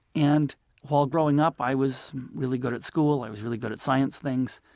and while growing up, i was really good at school, i was really good at science things,